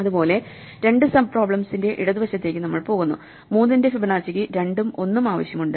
അതുപോലെ രണ്ട് സബ് പ്രോബ്ലെംസിന്റെ ഇടതുവശത്തേക്ക് നമ്മൾ പോകുന്നു 3 ന്റെ ഫിബൊനാച്ചിക്ക് 2 ഉം 1 ഉം ആവശ്യമുണ്ട്